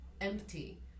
empty